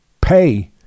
pay